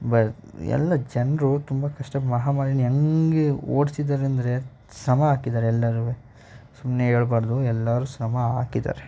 but ಎಲ್ಲ ಜನರು ತುಂಬ ಕಷ್ಟ ಮಹಾಮಾರಿಯನ್ನ ಹೆಂಗೆ ಓಡ್ಸಿದ್ದಾರೆ ಅಂದರೆ ಸಮ ಹಾಕಿದ್ದಾರೆ ಎಲ್ಲರೂ ಸುಮ್ಮನೆ ಹೇಳ್ಬಾರ್ದು ಎಲ್ಲರೂ ಸಮ ಹಾಕಿದ್ದಾರೆ